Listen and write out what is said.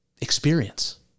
experience